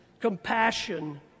compassion